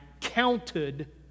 counted